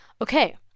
okay